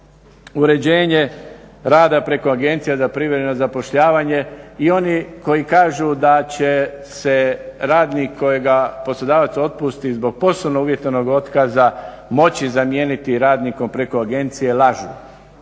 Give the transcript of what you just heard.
uređenje rada preko agencija za privremeno zapošljavanje i oni koji kažu da će se radnik kojega poslodavac otpusti zbog poslovno uvjetovanog otkaza moći zamijeniti radnikom preko agencije, lažu.